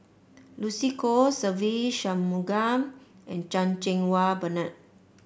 Lucy Koh Se Ve Shanmugam and Chan Cheng Wah Bernard